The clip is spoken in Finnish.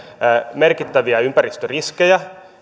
merkittäviä ympäristöriskejä